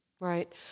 Right